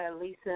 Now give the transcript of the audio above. Lisa